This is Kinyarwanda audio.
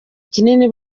kinini